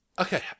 Okay